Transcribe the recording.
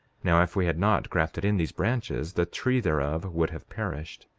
now, if we had not grafted in these branches, the tree thereof would have perished.